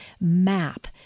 MAP